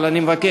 אבל אני מבקש,